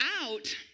out